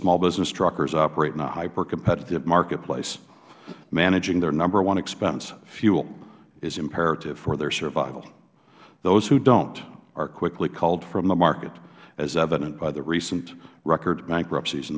small business truckers operate in a hyper competitive marketplace managing their number one expense fuel is imperative for their survival those who don't are quickly culled from the market as evident by the recent record bankruptcies in